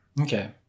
okay